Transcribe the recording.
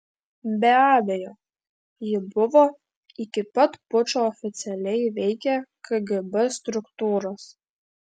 be abejo ji buvo iki pat pučo oficialiai veikė kgb struktūros